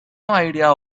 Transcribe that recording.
idea